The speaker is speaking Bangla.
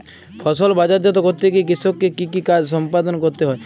ফসল বাজারজাত করতে গিয়ে কৃষককে কি কি কাজ সম্পাদন করতে হয়?